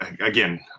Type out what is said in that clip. again